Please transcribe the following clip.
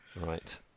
Right